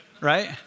right